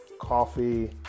Coffee